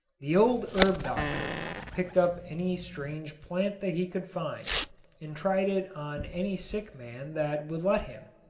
the old herb doctor picked up any strange plant that he could find and tried it on any sick man that would let him.